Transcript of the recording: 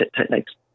techniques